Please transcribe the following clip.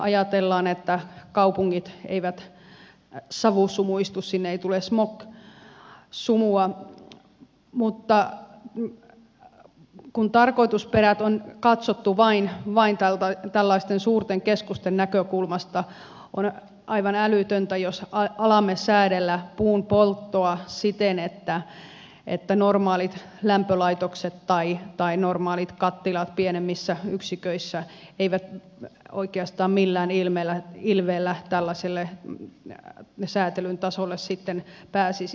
ajatellaan että kaupungit eivät savusumuistu sinne ei tule smog sumua mutta kun tarkoitusperät on katsottu vain tällaisten suurten keskusten näkökulmasta on aivan älytöntä jos alamme säädellä puunpolttoa siten että normaalit lämpölaitokset tai normaalit kattilat pienemmissä yksiköissä eivät oikeastaan millään ilveellä tällaiselle säätelyn tasolle sitten pääsisi